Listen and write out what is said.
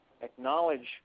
acknowledge